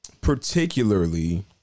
particularly